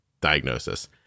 diagnosis